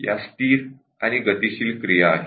या स्थिर आणि गतिशील क्रिया आहेत